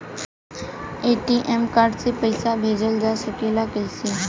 ATM card से पइसा भेजल जा सकेला कइसे?